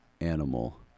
animal